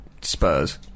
Spurs